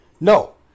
No